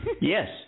Yes